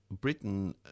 Britain